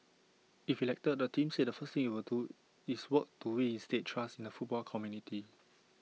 if elected the team said the first thing IT would do is work to reinstate trust in the football community